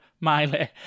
Miley